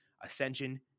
Ascension